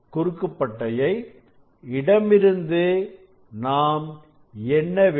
குறுக்கு பட்டையை இடமிருந்து நாம் என்ன வேண்டும்